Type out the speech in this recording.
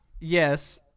yes